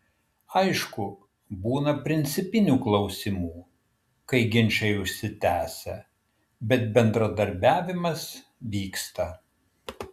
aišku būna principinių klausimų kai ginčai užsitęsia bet bendradarbiavimas vyksta